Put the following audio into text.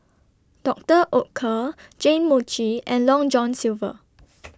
Doctor Oetker Jane Mochi and Long John Silver